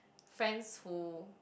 friends who